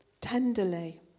tenderly